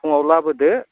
फुङाव लाबोदो